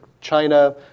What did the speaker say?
China